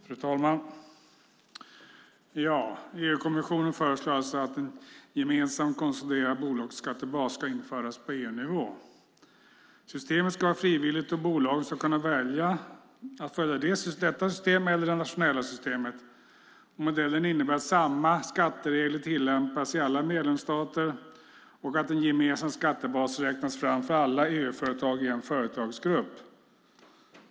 Fru talman! EU-kommissionen föreslår att en gemensam konsoliderad bolagsskattebas ska införas på EU-nivå. Systemet ska vara frivilligt, och bolagen ska kunna välja att följa detta system eller det nationella systemet. Modellen innebär att samma skatteregler tillämpas i alla medlemsstater och att en gemensam skattebas räknas fram för alla EU-företag i en företagsgrupp.